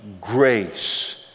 grace